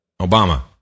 Obama